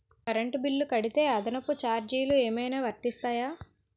Current bill కడితే అదనపు ఛార్జీలు ఏమైనా వర్తిస్తాయా?